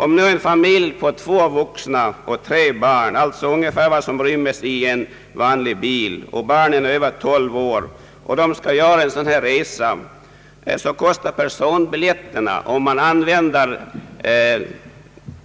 Om nu en familj på två vuxna och tre barn, alltså ungefär så många som ryms i en vanlig bil, och barnen är över 12 år, skall göra en sån här resa så kostar personbiljetterna för resan